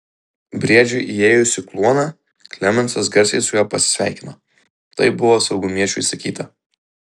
briedžiui įėjus į kluoną klemensas garsiai su juo pasisveikino taip buvo saugumiečių įsakyta